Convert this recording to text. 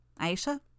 Aisha